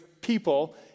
people